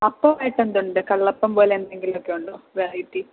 അപ്പം ആയിട്ട് എന്തുണ്ട് കള്ളപ്പം പോലെ എന്തെങ്കിലും ഒക്കെ ഉണ്ടോ വെറൈറ്റി